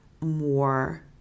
more